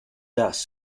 dust